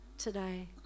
Today